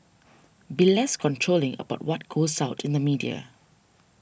be less controlling about what goes out in the media